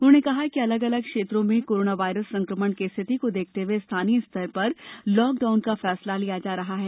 उन्होंने कहा कि अलग अलग क्षेत्रों में कोरोना वायरस संक्रमण की स्थिति को देखते हुए स्थानीय स्तर पर लॉकडाउन का फैसला लिया जा रहा है